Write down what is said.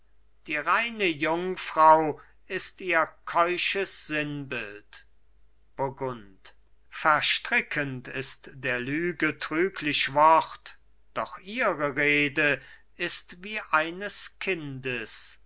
die reine jungfrau ist ihr keusches sinnbild burgund verstrickend ist der lüge trüglich wort doch ihre rede ist wie eines kindes